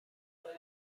شفاهی